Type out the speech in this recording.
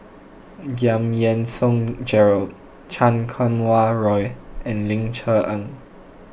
Giam Yean Song Gerald Chan Kum Wah Roy and Ling Cher Eng